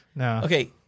okay